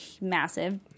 massive